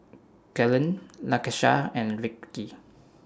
Kellan Lakesha and Vickey